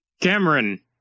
Cameron